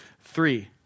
Three